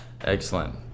Excellent